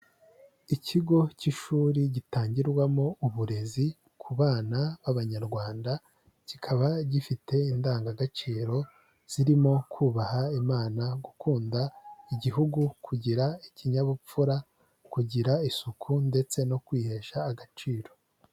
Ikigo cy'ishuri gitangirwamo uburezi ku bana b'abanyarwanda, kikaba gifite indangagaciro zirimo kubaha imana, gukunda igihugu, kugira ikinyabupfura, kugira isuku ndetse no kwihesha agaciro.